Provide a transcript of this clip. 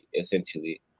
essentially